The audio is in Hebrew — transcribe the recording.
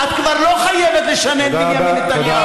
את כבר לא חייבת לשנן "בנימין נתניהו".